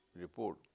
report